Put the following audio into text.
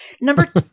Number